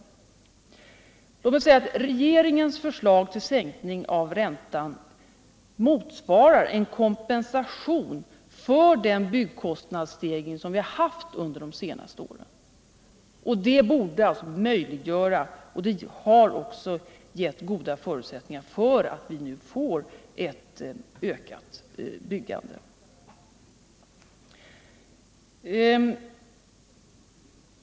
Låt mig i det sammanhanget säga alt regeringens förslag till sänkning av räntan motsvarar en kompensation för den byggkostnadsstegring som vi haft under de senaste åren, vilket borde möjliggöra — det kan vi f.ö. redan nu konstatera — ett ökat byggande.